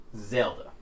Zelda